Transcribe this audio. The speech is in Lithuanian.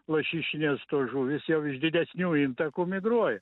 lašišinės žuvys jau iš didesnių intakų migruoja